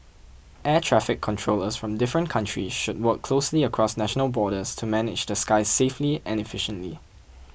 air traffic controllers from different countries should work closely across national borders to manage the skies safely and efficiently